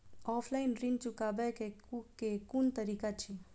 Offline ऋण चुकाबै केँ केँ कुन तरीका अछि?